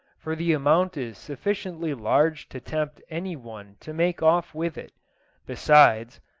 for the amount is sufficiently large to tempt any one to make off with it besides,